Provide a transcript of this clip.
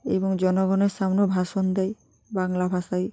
এবং জনগণের সামনেও ভাষণ দেয় বাংলা ভাষায়